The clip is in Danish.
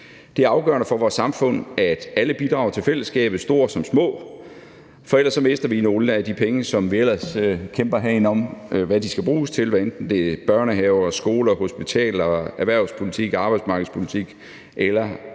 Det er afgørende for vores samfund, at alle bidrager til fællesskabet – store som små – for ellers mister vi nogle af de penge, som vi ellers kæmper herinde om hvad skal bruges til, hvad enten det er børnehaver, skoler, hospitaler, erhvervspolitik, arbejdsmarkedspolitik eller